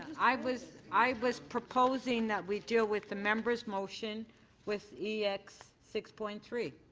i was i was proposing that we deal with the members's motion with e x six point three.